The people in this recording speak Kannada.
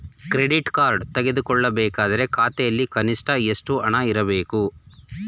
ಕ್ರೆಡಿಟ್ ಕಾರ್ಡ್ ತೆಗೆದುಕೊಳ್ಳಬೇಕಾದರೆ ಖಾತೆಯಲ್ಲಿ ಕನಿಷ್ಠ ಎಷ್ಟು ಹಣ ಇರಬೇಕು?